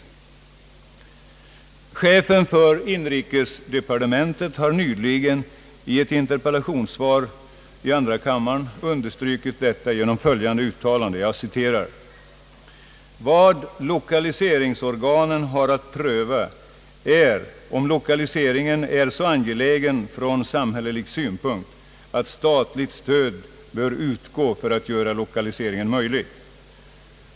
Chefen för inrikesdepartementet har nyligen i ett interpellationssvar understrukit detta genom följande uttalande: » Vad lokaliseringsorganen har att pröva är om lokaliseringen är så angelägen från samhällelig synpunkt att statligt stöd bör utgå för att göra lokaliseringen möjlig.